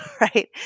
right